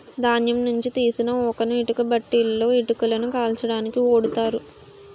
ధాన్యం నుంచి తీసిన ఊకను ఇటుక బట్టీలలో ఇటుకలను కాల్చడానికి ఓడుతారు